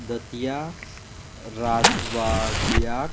दत्या राजवाड्याक